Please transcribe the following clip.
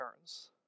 turns